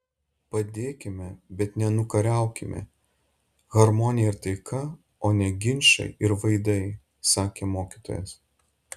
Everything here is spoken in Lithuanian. padėkime bet ne nukariaukime harmonija ir taika o ne ginčai ir vaidai sakė mokytojas